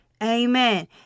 Amen